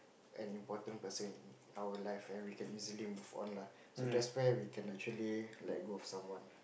an important person in our life and we can easily move on lah so that's where we can actually let go of someone